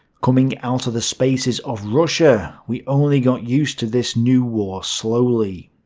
coming out of the spaces of russia, we only got use to this new war slowly.